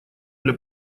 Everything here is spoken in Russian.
для